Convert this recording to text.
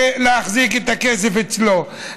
להחזיק את הכסף אצלו.